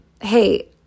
Hey